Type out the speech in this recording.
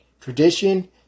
tradition